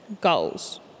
goals